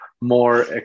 more